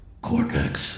Cortex